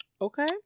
Okay